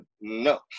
no